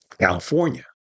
California